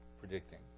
predicting